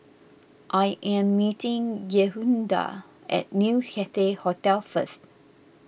I am meeting Yehuda at New Cathay Hotel first